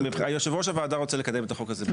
יושב-ראש הוועדה רוצה לקדם את החוק הזה,